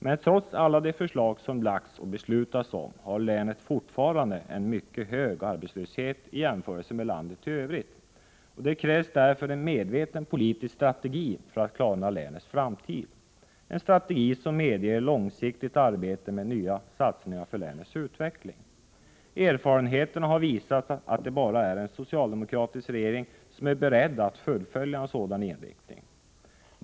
Men trots alla de förslag som lagts fram och beslutats om har länet fortfarande en mycket hög arbetslöshet i jämförelse med landet i övrigt. Det krävs därför en medveten politisk strategi för att klara länets framtid, en strategi som medger långsiktigt arbete med nya satsningar för länets utveckling. Erfarenheterna har visat att bara en socialdemokratisk regering är beredd att fullfölja en sådan inriktning.